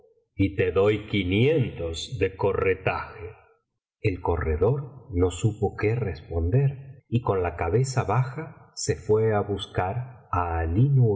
y te doy quinientos de corretaje el corredor no supo qué responder y con la cabeza baja se fué á buscar á